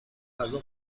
غذا